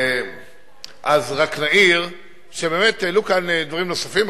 אז רק נעיר שבאמת העלו כאן דברים נוספים,